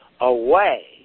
away